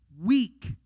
weak